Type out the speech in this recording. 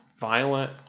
violent